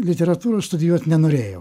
literatūros studijuot nenorėjau